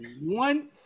one